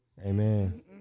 Amen